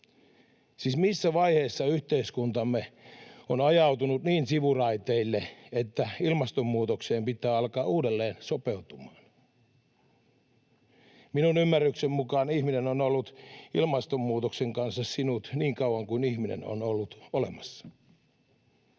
Siis missä vaiheessa yhteiskuntamme on ajautunut niin sivuraiteille, että ilmastonmuutokseen pitää alkaa uudelleen sopeutumaan? Minun ymmärrykseni mukaan ihminen on ollut ilmastonmuutoksen kanssa sinut niin kauan kuin ihminen on ollut olemassa.